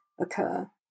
occur